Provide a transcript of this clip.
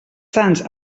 sants